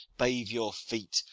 bathe your feet,